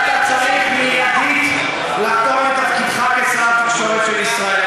ואתה צריך מייד לחתום את תפקידך כשר התקשורת של ישראל.